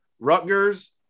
Rutgers